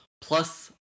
plus